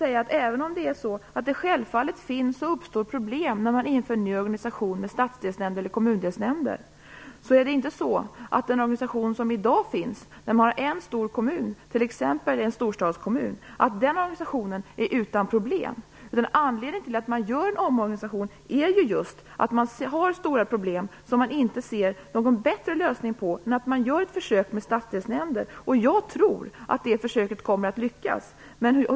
Även om det självfallet uppstår problem när man inför ny organisation med stadsdelsnämnder eller kommundelsnämnder, är den organisation som i dag finns, där man har en stor kommun - t.ex. en storstadskommun - inte utan problem. Anledningen till att man gör en omorganisation är ju just att man har stora problem. Man ser inte någon bättre lösning på dem än att göra ett försök med stadsdelsnämnder. Jag tror att det försöket kommer att lyckas.